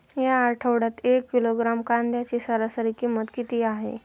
या आठवड्यात एक किलोग्रॅम कांद्याची सरासरी किंमत किती आहे?